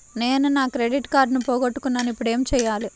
నేను నా క్రెడిట్ కార్డును పోగొట్టుకున్నాను ఇపుడు ఏం చేయాలి?